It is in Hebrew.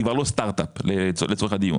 היא כבר לא סטארט אפ לצורך הדיון,